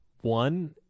One